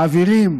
מעבירים